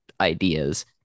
ideas